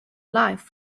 life